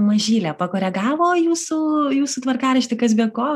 mažylė pakoregavo jūsų jūsų tvarkaraštį kas be ko